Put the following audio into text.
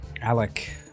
Alec